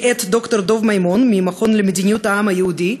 מאת ד"ר דב מימון מהמכון למדיניות העם היהודי.